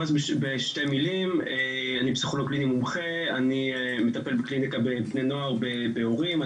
אני פסיכולוג קליני מומחה ואני מטפל בקליניקה בבני נוער ובהורים.